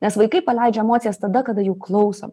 nes vaikai paleidžia emocijas tada kada jų klauso